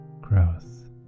growth